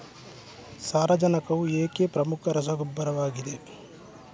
ಸಾರಜನಕವು ಏಕೆ ಪ್ರಮುಖ ರಸಗೊಬ್ಬರವಾಗಿದೆ?